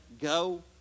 go